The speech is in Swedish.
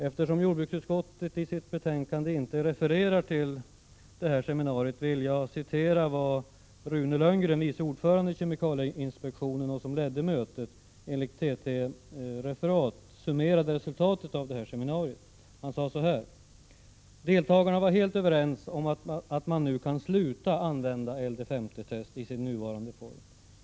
Eftersom jordbruksutskottet i sitt betänkande inte refererar till detta seminarium, vill jag återge hur Rune Lönngren, vice ordförande i kemikalieinspektionens styrelse, som också ledde mötet enligt TT-meddelande summerade seminariet: ”- Deltagarna var helt överens om att man nu kan sluta använda LD-50-testet i sin nuvarande form.